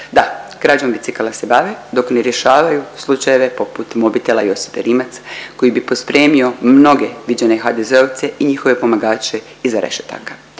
Da, krađom bicikala se bave dok ne rješavaju slučajeve poput mobitela Josipe Rimac koji bi pospremio mnoge viđene HDZ-ovce i njihove pomagače iza rešetaka.